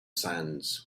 sands